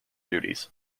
duties